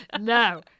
No